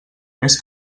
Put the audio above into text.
més